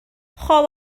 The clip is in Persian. خواب